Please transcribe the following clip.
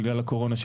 בגלל הקורונה,